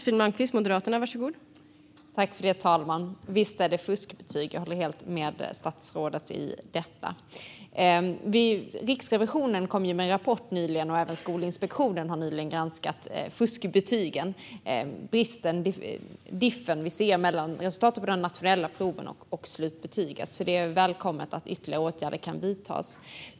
Fru talman! Visst är det fuskbetyg. Jag håller helt med statsrådet om detta. Riksrevisionen kom nyligen med en rapport om detta, och även Skolinspektionen har nyligen granskat fuskbetygen - differensen vi ser mellan resultaten på de nationella proven och slutbetyget. Det är därför välkommet att ytterligare åtgärder kan vidtas.